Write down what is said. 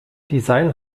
design